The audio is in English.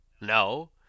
no